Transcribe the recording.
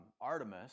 Artemis